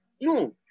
No